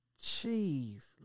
jeez